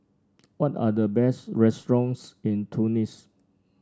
what are the best restaurants in Tunis